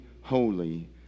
holy